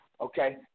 okay